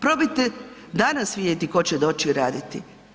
Probajte danas vidjeti tko će doći raditi.